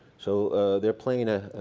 so they're playing a